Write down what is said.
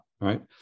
Right